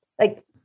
Like-